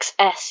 XS